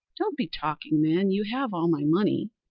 don't be talking, man you have all my money.